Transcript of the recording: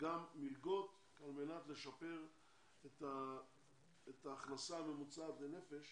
וגם מתן מלגות על מנת לשפר את ההכנסה הממוצעת לנפש